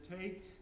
take